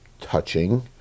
touching